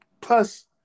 plus